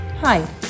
Hi